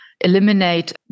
eliminate